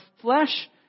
flesh